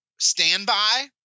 Standby